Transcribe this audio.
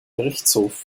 gerichtshof